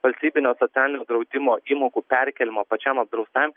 valstybinio socialinio draudimo įmokų perkėlimo pačiam apdraustajam